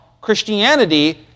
Christianity